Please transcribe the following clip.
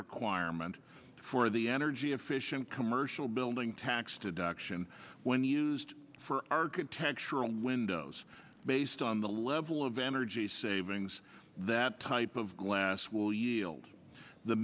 requirement for the energy efficient commercial building tax deduction when used for architectural windows based on the level of energy savings that type of glass will yield the